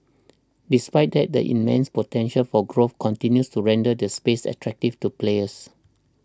despite that the immense potential for growth continues to render the space attractive to players